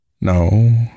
No